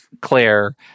claire